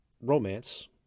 romance